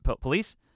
Police